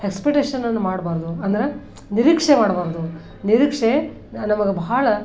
ಎಸ್ಪೆಕ್ಟೇಷನನ್ನು ಮಾಡಬಾರ್ದು ಅಂದರೆ ನಿರೀಕ್ಷೆ ಮಾಡಬಾರ್ದು ನಿರೀಕ್ಷೆ ನಮಗೆ ಬಹಳ